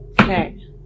Okay